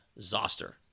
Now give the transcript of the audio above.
Zoster